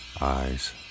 eyes